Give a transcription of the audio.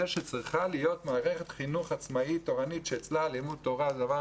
שצריכה להיות מערכת חינוך עצמאית תורנית שאצלה לימוד תורה הוא הדבר